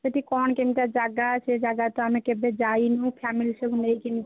ସେଠି କ'ଣ କେମିତିକା ଜାଗା ସେ ଜାଗା ତ ଆମେ କେବେ ଯାଇନୁ ଫ୍ୟାମିଲି ସବୁ ନେଇକି